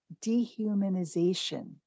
dehumanization